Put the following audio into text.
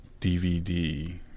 DVD